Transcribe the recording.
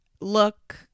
look